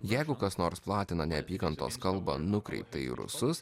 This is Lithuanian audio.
jeigu kas nors platina neapykantos kalbą nukreiptą į rusus